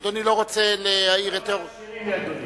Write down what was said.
אדוני לא רוצה להעיר את הערותיו?